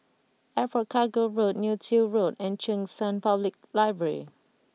Airport Cargo Road Neo Tiew Road and Cheng San Public Library